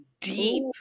deep